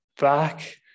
back